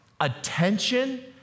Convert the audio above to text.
attention